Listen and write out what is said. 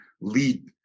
lead